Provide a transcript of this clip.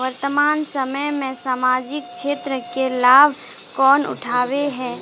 वर्तमान समय में सामाजिक क्षेत्र के लाभ कौन उठावे है?